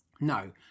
No